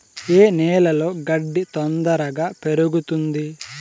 ఏ నేలలో గడ్డి తొందరగా పెరుగుతుంది